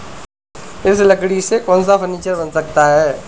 इस लकड़ी से कौन सा फर्नीचर बन सकता है?